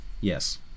yes